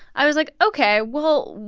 i was like, ok, well,